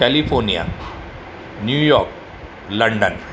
California New York London